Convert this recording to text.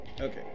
Okay